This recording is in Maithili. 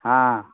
हँ